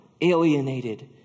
alienated